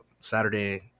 Saturday